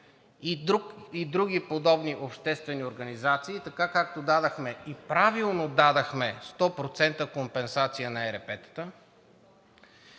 и други подобни обществени организации, така както дадохме, и правилно дадохме 100% компенсация на ЕРП-тата.